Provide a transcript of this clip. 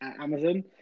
Amazon